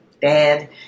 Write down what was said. dad